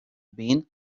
been